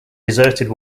deserted